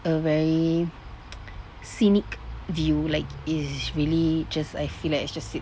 a very scenic view like is really just I feel like it's just